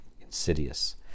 insidious